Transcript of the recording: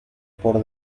por